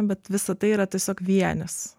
bet visa tai yra tiesiog vienis